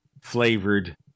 flavored